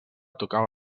tocava